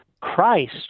Christ